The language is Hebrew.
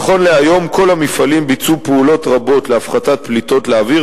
נכון להיום כל המפעלים ביצעו פעולות רבות להפחתת פליטות לאוויר